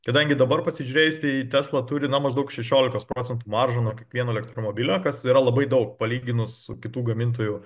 kadangi dabar pasižiūrėjus tai tesla turi na maždaug šešiolikos procentų maržą nuo kiekvieno elektromobilio kas yra labai daug palyginus su kitų gamintojų